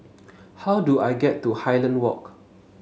how do I get to Highland Walk